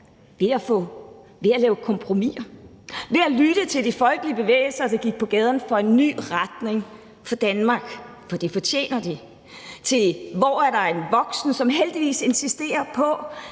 ved at lave kompromiser, ved at lytte til de folkelige bevægelser, der gik på gaden for en ny retning for Danmark, for det fortjener de, til #HvorErDerEnVoksen?, som heldigvis insisterer på,